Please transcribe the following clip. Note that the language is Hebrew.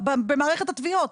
במערכת התביעות.